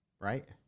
right